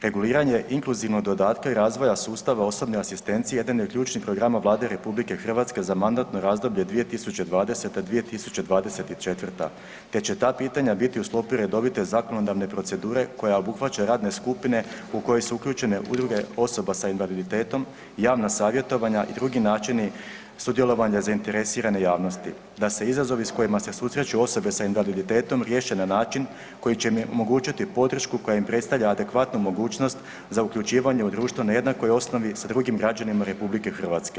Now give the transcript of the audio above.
Reguliranje inkluzivnog dodatka i razvoja sustava osobne asistencije jedan je od ključnih programa Vlade RH za mandatno razdoblje 2020.-2024., te će ta pitanja biti u sklopu redovite zakonodavne procedure koja obuhvaća radne skupine u koju su uključene udruge osoba sa invaliditetom i javna savjetovanja i drugi načini sudjelovanja zainteresirane javnosti da se izazovi s kojima se susreću osobe sa invaliditetom riješe na način koji će im omogućiti podršku koja im predstavlja adekvatnu mogućnost za uključivanje u društvo na jednakoj osnovi s drugim građanima RH.